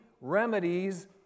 remedies